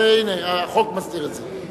הנה, החוק מסדיר את זה.